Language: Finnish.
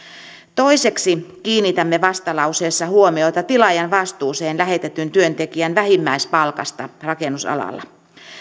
toiseksi kiinnitämme vastalauseessa huomiota tilaajan vastuuseen lähetetyn työntekijän vähimmäispalkasta rakennusalalla